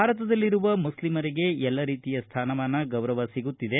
ಭಾರತದಲ್ಲಿರುವ ಮುಸ್ಲಿಮರಿಗೆ ಎಲ್ಲ ರೀತಿಯ ಸ್ಥಾನಮಾನ ಗೌರವ ಸಿಗುತ್ತಿದೆ